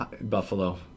Buffalo